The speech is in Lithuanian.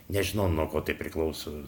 nežinau nuo ko tai priklauso